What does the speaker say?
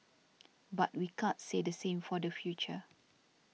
but we can't say the same for the future